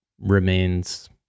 remains